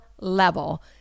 level